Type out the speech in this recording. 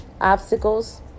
obstacles